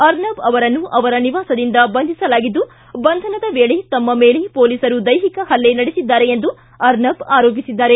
ಅರ್ನಬ್ ಅವರನ್ನು ಅವರ ನಿವಾಸದಿಂದ ಬಂಧಿಸಲಾಗಿದ್ದು ಬಂಧನವ ವೇಳೆ ತಮ್ಮ ಮೇಲೆ ಮೊಲೀಸರು ದೈಹಿಕ ಪಲ್ಲೆ ನಡೆಸಿದ್ದಾರೆ ಎಂದು ಆರ್ನಬ್ ಆರೋಪಿಸಿದ್ದಾರೆ